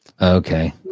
okay